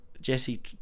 Jesse